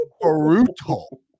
brutal